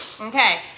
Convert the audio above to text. okay